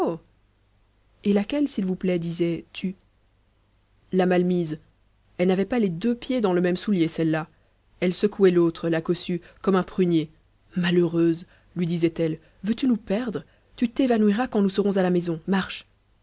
et laquelle s'il vous plaît disait tu la mal mise elle n'avait pas les deux pieds dans le même soulier celle-là elle secouait l'autre la cossue comme un prunier malheureuse lui disait-elle veux-tu nous perdre tu t'évanouiras quand nous serons à la maison marche